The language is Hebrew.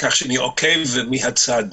כך שאני עוקב מהצד.